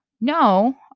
no